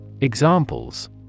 Examples